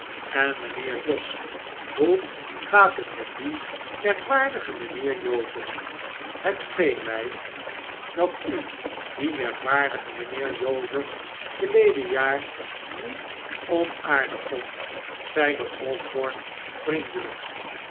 en mijnheer jos hoe gaat het met dien merkwaardigen mijnheer joseph het scheen mij dat u dien merkwaardigen mijnheer joseph verleden jaar niet onaardig vond zeide osborne vriendelijk